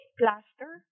plaster